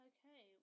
Okay